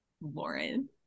Lauren